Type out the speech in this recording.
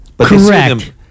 Correct